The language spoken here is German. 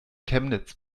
chemnitz